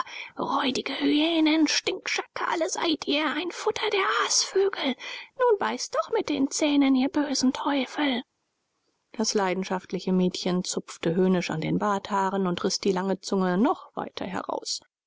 räudige hyänen stinkschakale seid ihr ein futter der aasvögel nun beißt doch mit den zähnen ihr bösen teufel das leidenschaftliche mädchen zupfte höhnisch an den barthaaren und riß die lange zunge noch weiter heraus